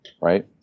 right